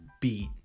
beat